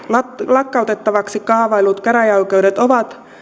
lakkautettavaksi kaavaillut käräjäoikeudet ovat